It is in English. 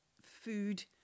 food